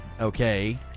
okay